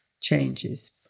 changes